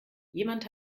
jemand